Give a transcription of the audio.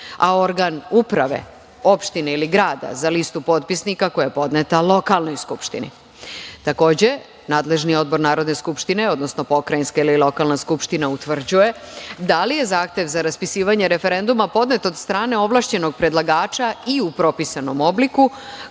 a organ uprave, opštine ili grada za listu potpisnika koja je podneta lokalnoj skupštini. Takođe, nadležni odbor Narodne skupštine, odnosno pokrajinske ili lokalna skupština utvrđuje da li je zahtev za raspisivanje referenduma podnet od strane ovlašćenog predlagača i u propisanom obliku,